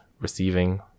receiving